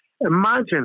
Imagine